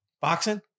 Boxing